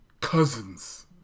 cousins